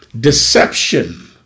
deception